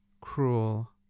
cruel